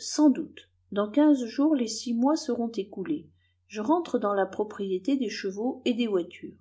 sans doute dans quinze jours les six mois seront écoulés je rentre dans la propriété des chevaux et des voitures